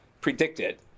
predicted